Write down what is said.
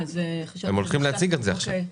הם הולכים להציג את זה עכשיו.